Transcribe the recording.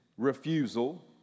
refusal